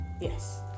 Yes